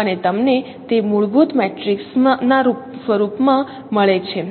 અને તમને તે મૂળભૂત મેટ્રિક્સના સ્વરૂપમાં મળે છે